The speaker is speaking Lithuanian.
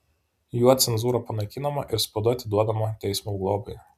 juo cenzūra panaikinama ir spauda atiduodama teismo globai